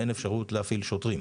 אין אפשרות להפעיל שוטרים.